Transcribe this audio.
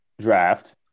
draft